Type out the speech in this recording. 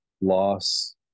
loss